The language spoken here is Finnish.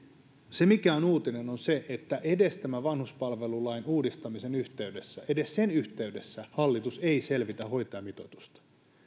se mikä on uutinen on se että edes tämän vanhuspalvelulain uudistamisen yhteydessä edes sen yhteydessä hallitus ei selvitä hoitajamitoitusta